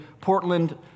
Portland